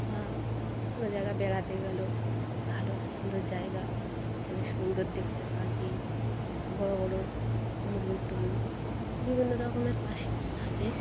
বা কোনো জায়গায় বেড়াতে গেল ভালো সুন্দর জায়গা অনেক সুন্দর দেখতে পাখি বড়ো বড়ো ময়ূর টয়ূর বিভিন্ন রকমের পাখি থাকে